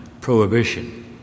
prohibition